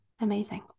amazing